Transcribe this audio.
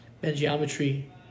Ben-Geometry